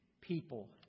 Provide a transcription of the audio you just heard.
people